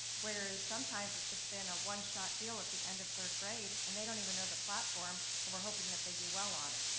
whereas sometimes it's just been a one-shot deal at the end of third grade, and they don't even know the platform, and we're hoping that they do well on it.